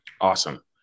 Awesome